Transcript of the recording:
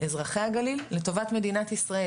אזרחי הגליל, לטובת מדינת ישראל.